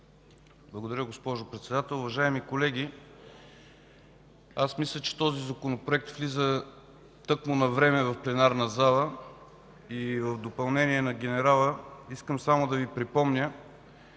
Благодаря, госпожо Председател. Уважаеми колеги, мисля, че този Законопроект влиза тъкмо навреме в пленарната зала. В допълнение на генерала искам само да Ви припомня,